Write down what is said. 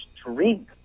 strength